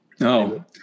No